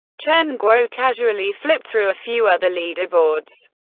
chen guo casually flipped through a few other leaderboards.